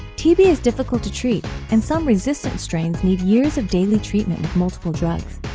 tb is difficult to treat, and some resistant strains need years of daily treatment with multiple drugs,